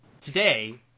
Today